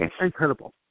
incredible